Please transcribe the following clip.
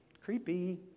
Creepy